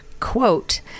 quote